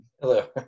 Hello